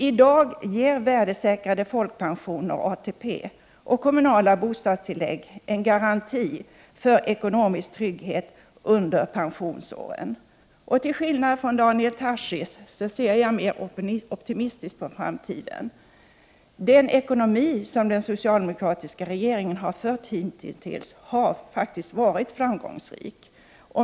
I dag ger värdesäkrade folkpensioner och ATP samt kommunala bostadstillägg en garanti för ekonomisk trygghet under pensionsåren. Till skillnad från Daniel Tarschys ser jag med tillförsikt på framtiden. Den ekonomiska politik som den socialdemokratiska regeringen fört hittills har faktiskt varit framgångsrik.